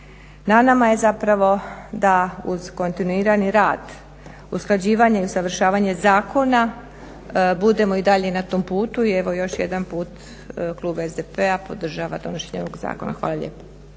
na nama je zapravo da uz kontinuirani rad, usklađivanje i usavršavanje zakona budemo i dalje na tom putu. I evo još jedan put klub SDP-a podržava donošenje ovog zakona. Hvala lijepo.